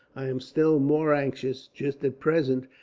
i am still more anxious, just at present,